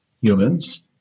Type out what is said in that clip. humans